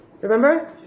remember